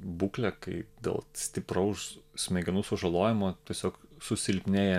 būklė kai dėl stipraus smegenų sužalojimo tiesiog susilpnėja